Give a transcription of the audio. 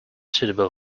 suitable